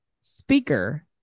speaker